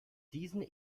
diesen